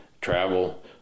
travel